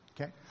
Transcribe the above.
okay